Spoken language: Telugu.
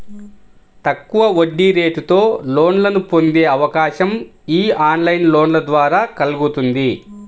తక్కువ వడ్డీరేటుతో లోన్లను పొందే అవకాశం యీ ఆన్లైన్ లోన్ల ద్వారా కల్గుతుంది